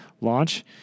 launch